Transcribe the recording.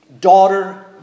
Daughter